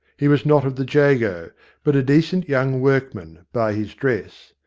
he was not of the jago, but a decent young workman, by his dress.